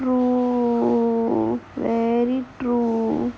oh very true